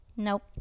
Nope